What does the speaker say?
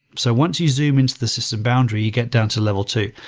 so once you zoom into the system boundary, you get down to level two.